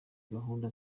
gahunda